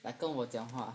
like 跟我讲话